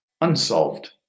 unsolved